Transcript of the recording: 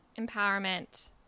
empowerment